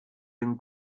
den